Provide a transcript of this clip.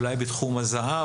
אולי בתחום הזהב,